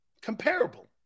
Comparable